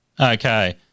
Okay